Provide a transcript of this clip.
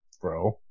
Bro